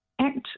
ACT